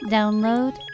Download